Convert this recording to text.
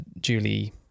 Julie